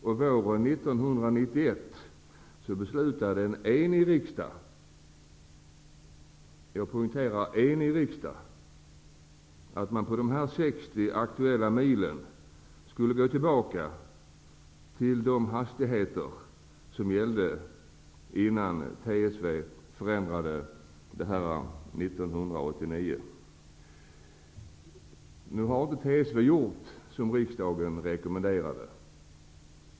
Våren 1991 beslutade en enig riksdag -- jag vill poängtera att det var en enig riksdag -- att man skulle gå tillbaka till det som gällde innan TSV Nu har TSV inte gjort som riksdagen rekommenderade.